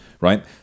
Right